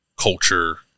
culture